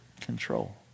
control